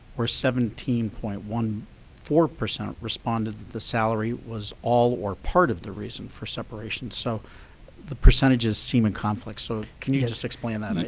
or seventeen point one four percent responded that the salary was all or part of the reason for separation. so the percentages seem in conflict. so can you just explain that?